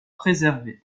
préservé